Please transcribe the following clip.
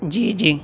جی جی